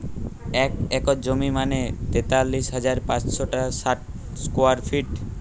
এক একর জমি মানে তেতাল্লিশ হাজার পাঁচশ ষাট স্কোয়ার ফিট